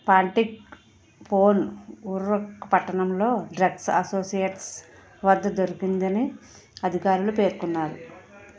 పాంటిక్ ఫోన్ వుర్రుక్ పట్టణంలో డ్రగ్ అసోసియేట్స్ వద్ద దొరికిందని అధికారులు పేర్కొన్నారు